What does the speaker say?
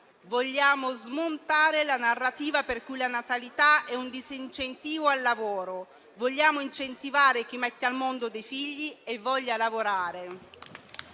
Vogliamo smontare la narrativa per cui la natalità è un disincentivo al lavoro. Vogliamo incentivare chi mette al mondo dei figli e ha voglia di lavorare.